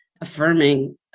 affirming